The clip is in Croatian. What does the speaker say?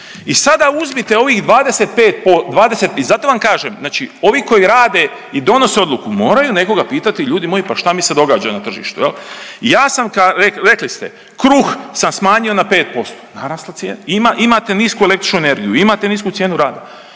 I sada uzmite ovih 25 i zato vam kažem, znači ovi koji rade i donose odluku moraju nekoga pitati ljudi moji pa šta mi se događa na tržištu. Ja sam, rekli ste kruh sam smanjio na 5%, narasla cijena. Imate nisku električnu energiju, imate nisku cijenu rada,